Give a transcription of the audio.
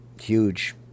huge